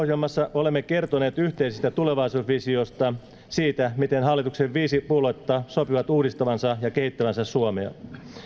olemme kertoneet yhteisestä tulevaisuusvisiosta siitä miten hallituksen viisi puoluetta sopivat uudistavansa ja kehittävänsä suomea